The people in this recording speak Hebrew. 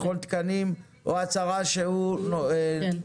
מכון תקנים או הצהרה שהוא --- כן.